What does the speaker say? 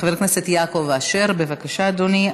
חבר הכנסת יעקב אשר, בבקשה, אדוני.